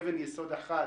אבן יסוד אחת,